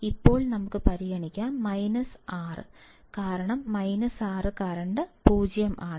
ഇപ്പോൾ നമുക്ക് പരിഗണിക്കാം 6 കാരണം 6 കറന്റ് 0 ആണ്